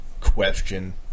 question